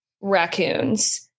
raccoons